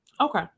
Okay